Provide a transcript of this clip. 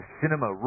cinema